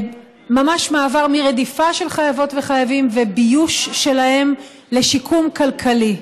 ממש מעבר מרדיפה של חייבות וחייבים וביוש שלהם לשיקום כלכלי,